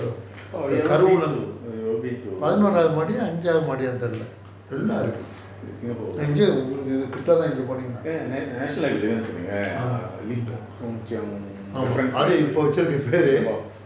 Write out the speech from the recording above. oh you ever been to you ever been to singapore national library தானே சொல்லுறிங்க:thanae sollringa